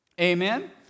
Amen